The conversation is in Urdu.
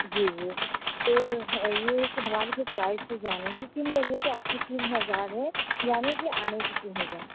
جی جی تو یہ ہے کہ ہماری جو پرائسز جانے کی تین لوگ ہیں تو آپ کی تین ہزار ہے جانے کے آنے کے تین ہزار